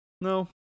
no